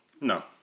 No